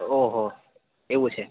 ઓહો એવું છે